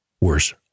worse